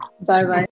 Bye-bye